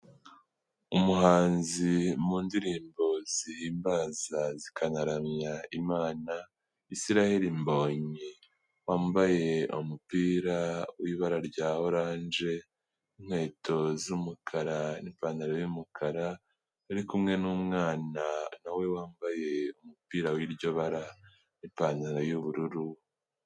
Umuhanzi mu ndirimbo zihimbaza zikanaramya imana Isiraheri Mbonyi wambaye umupira w'ibara rya oranje inkweto z'umukara n'ipantaro y'umukara ari kumwe n'umwana nawe wambaye umupira w'iryo bara n'pantaro y'ubururu.